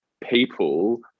people